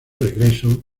regreso